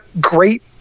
great